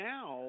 Now